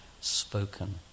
spoken